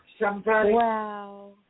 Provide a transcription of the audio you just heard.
Wow